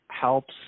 helps